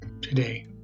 today